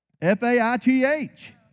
F-A-I-T-H